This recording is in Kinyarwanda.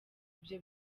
ibyo